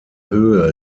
höhe